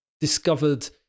discovered